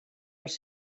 les